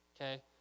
okay